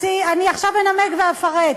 עכשיו אני אנמק ואפרט.